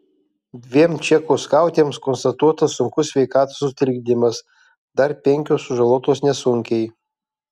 dviem čekų skautėms konstatuotas sunkus sveikatos sutrikdymas dar penkios sužalotos nesunkiai